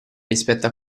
rispetto